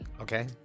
okay